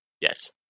Yes